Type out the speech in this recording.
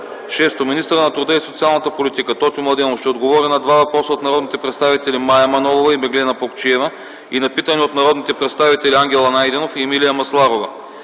Шесто, министърът на труда и социалната политика Тотю Младенов ще отговори на два въпроса от народните представители Мая Манолова и Меглена Плугчиева и на питане от народните представители Ангел Найденов и Емилия Масларова.